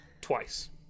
twice